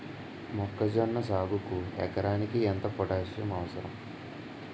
మొక్కజొన్న సాగుకు ఎకరానికి ఎంత పోటాస్సియం అవసరం?